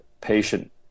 patient